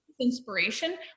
inspiration